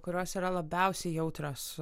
kurios yra labiausiai jautrios